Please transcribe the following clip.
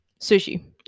sushi